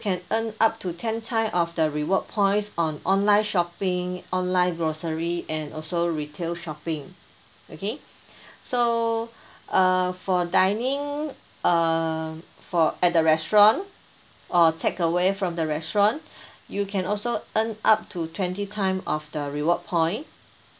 can earn up to ten time of the reward points on online shopping online grocery and also retail shopping okay so uh for dining uh for at the restaurant or take away from the restaurant you can also earn up to twenty time of the reward point